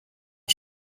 尺寸